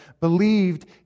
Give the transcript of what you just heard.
believed